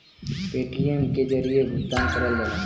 Paytm के जरिये भुगतान करल जाला